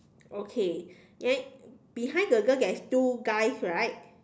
okay then behind the girl there is two guys right